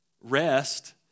Rest